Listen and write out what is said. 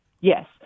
Yes